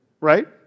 right